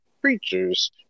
creatures